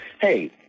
hey